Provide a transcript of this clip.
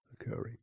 occurring